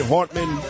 Hartman